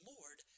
Lord